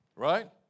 Right